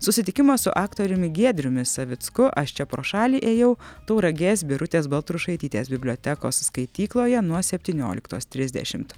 susitikimas su aktoriumi giedriumi savicku aš čia pro šalį ėjau tauragės birutės baltrušaitytės bibliotekos skaitykloje nuo septynioliktos trisdešimt